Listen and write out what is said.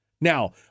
Now